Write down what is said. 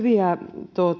hyviä